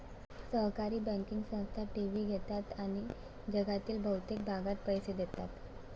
सहकारी बँकिंग संस्था ठेवी घेतात आणि जगातील बहुतेक भागात पैसे देतात